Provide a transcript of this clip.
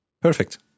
Perfect